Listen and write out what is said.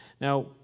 Now